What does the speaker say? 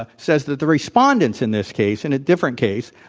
ah said that the respondents in this case, in a different case,